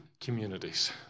communities